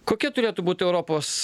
kokia turėtų būt europos